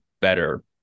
better